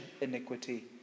iniquity